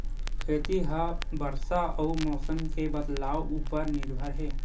खेती हा बरसा अउ मौसम के बदलाव उपर निर्भर हे